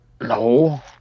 No